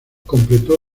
completó